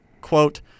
quote